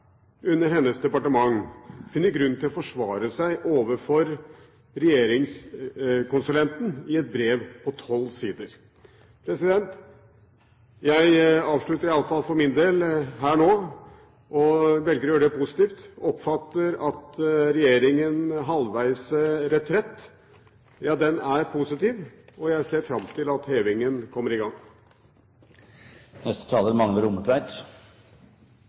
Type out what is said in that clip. under hennes departement – finner grunn til å forsvare seg overfor regjeringskonsulenten i et brev på 12 sider. Jeg avslutter i alle fall for min del nå, og velger å gjøre det positivt. Jeg oppfatter at regjeringen gjør halvveis retrett – den er positiv – og jeg ser fram til at hevingen kommer i